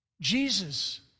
Jesus